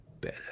better